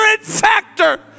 factor